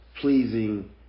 pleasing